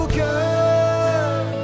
good